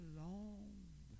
long